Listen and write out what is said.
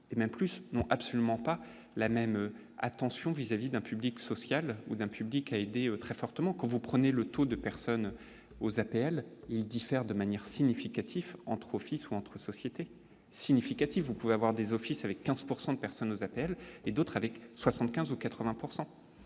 et même plus, non, absolument pas la même attention vis-à-vis d'un public social ou d'un public qui a été très fortement quand vous prenez le taux de personnes aux APL il diffère de manière significatif entre Office ou entre sociétés significative, vous pouvez avoir des offices avec 15 pourcent de de personnes aux appels et d'autres avec 75 ou 80